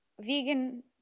vegan